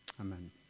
Amen